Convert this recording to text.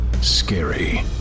SCARY